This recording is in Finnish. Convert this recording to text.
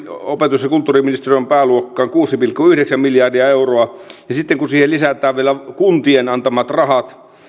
opetus ja kulttuuriministeriön pääluokkaan kuusi pilkku yhdeksän miljardia euroa ja sitten kun siihen lisätään vielä kuntien antamat rahat